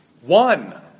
One